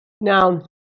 Now